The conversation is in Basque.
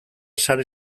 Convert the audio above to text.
sare